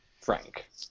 Frank